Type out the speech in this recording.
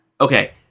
Okay